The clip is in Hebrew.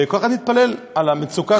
וכל אחד מתפלל על המצוקה שלו.